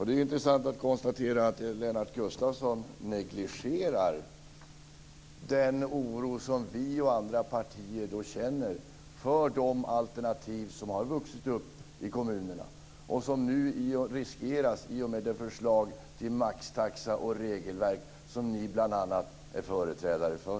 Det är intressant att konstatera att Lennart Gustavsson negligerar den oro som vi och andra partier känner för de alternativ som har vuxit upp i kommunerna och som nu riskeras i och med det förslag till maxtaxa och regelverk som ni, bl.a., är företrädare för.